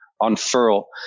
unfurl